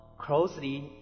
closely